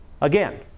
Again